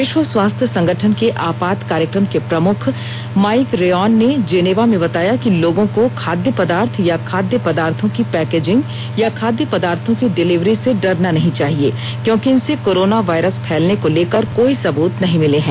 विश्व स्वास्थ्य संगठन के आपात कार्यक्रम के प्रमुख माइक रेयॉन ने जेनेवा में बताया कि लोगों को खाद्य पदार्थ या खाद्य पदार्थो की पैकेजिंग या खाद्य पदार्थों की डिलीवरी से डरना नहीं चाहिए क्योंकि इनसे कोरोना वायरस फैलने को लेकर कोई सबूत नहीं मिले हैं